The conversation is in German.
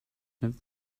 nimmt